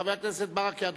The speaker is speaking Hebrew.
חבר הכנסת ברכה,